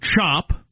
chop